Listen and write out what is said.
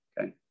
okay